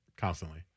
Constantly